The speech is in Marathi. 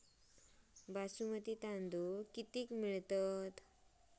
बासमती तांदूळ कितीक मिळता?